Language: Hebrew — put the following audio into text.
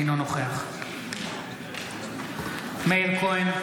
אינו נוכח מאיר כהן,